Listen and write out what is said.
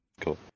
Cool